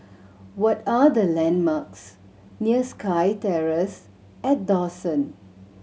what are the landmarks near SkyTerrace at Dawson